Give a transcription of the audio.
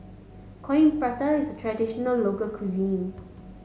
coin Prata is traditional local cuisine